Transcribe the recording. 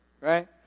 Right